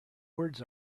words